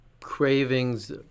cravings